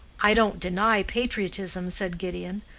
i don't deny patriotism, said gideon,